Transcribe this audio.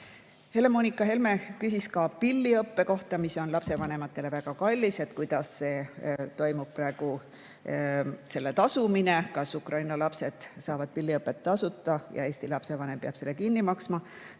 Helle-Moonika Helme küsis ka pilliõppe kohta, mis on lapsevanematele väga kallis, et kuidas toimub praegu selle eest tasumine: kas Ukraina lapsed saavad pilliõpet tasuta ja Eesti lapsevanem peab selle kinni maksma?